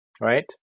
right